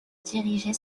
diriger